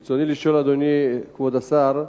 רצוני לשאול, אדוני כבוד השר: